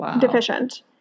deficient